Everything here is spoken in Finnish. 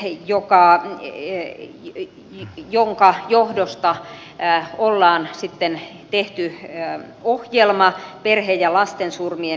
di jukka kie iti joopa selvityksen jonka johdosta on sitten tehty ohjelma perhe ja lastensurmien ennaltaehkäisyksi